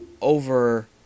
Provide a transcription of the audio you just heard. over